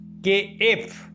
Kf